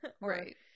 right